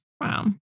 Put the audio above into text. Wow